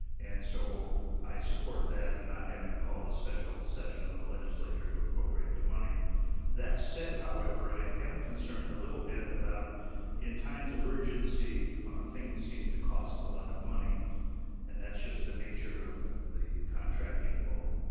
and so i support that and not having to call a special session of the legislature to appropriate the money that said however i am concerned a little bit about in times of urgency on things seem to cost a lot of money and that just the nature of the contracting world.